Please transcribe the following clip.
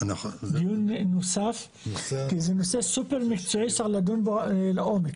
דיון נוסף כי זה נושא סופר מקצועי שצריך לדון בו לעומק.